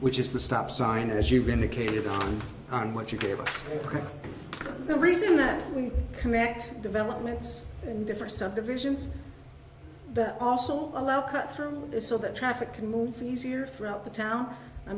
which is the stop sign as you've indicated on what you gave the reason that we connect developments in different subdivisions but also allow cut through this so that traffic can move easier throughout the town i